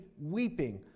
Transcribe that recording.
weeping